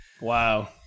Wow